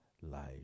life